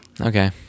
Okay